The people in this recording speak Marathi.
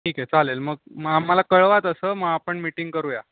ठीक आहे चालेल मग मग आम्हाला कळवा तसं मग आपण मीटिंग करूया